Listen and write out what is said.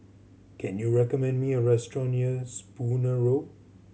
can you recommend me a restaurant near Spooner Road